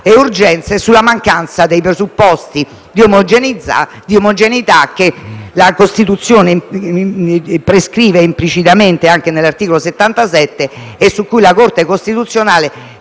e urgenza e alla mancanza dei presupposti di omogeneità, che la Costituzione prescrive implicitamente, anche nell'articolo 77, e su cui la Corte costituzionale